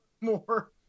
more